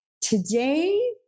Today